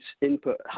input